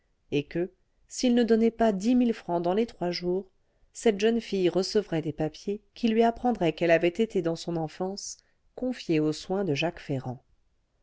et que s'il ne donnait pas dix mille francs dans trois jours cette jeune fille recevrait des papiers qui lui apprendraient qu'elle avait été dans son enfance confiée aux soins de jacques ferrand